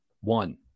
One